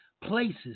Places